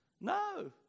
No